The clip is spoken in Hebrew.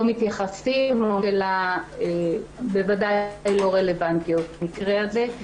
מתייחסים בוודאי לא רלוונטיות במקרה הזה.